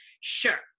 Sure